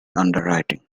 underwriting